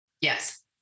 Yes